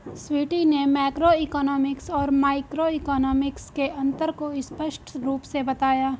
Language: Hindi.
स्वीटी ने मैक्रोइकॉनॉमिक्स और माइक्रोइकॉनॉमिक्स के अन्तर को स्पष्ट रूप से बताया